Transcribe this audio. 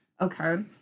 okay